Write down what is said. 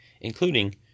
including